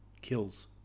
Kills